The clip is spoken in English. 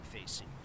facing